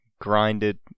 grinded